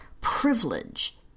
privilege